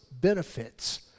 benefits